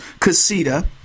casita